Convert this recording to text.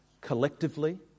collectively